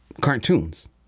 cartoons